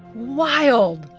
wild.